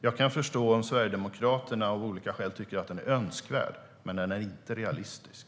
Jag kan förstå om Sverigedemokraterna av olika skäl tycker att den är önskvärd, men den är inte realistisk.